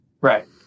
Right